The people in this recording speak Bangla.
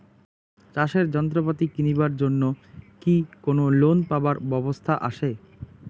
চাষের যন্ত্রপাতি কিনিবার জন্য কি কোনো লোন পাবার ব্যবস্থা আসে?